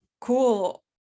cool